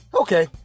Okay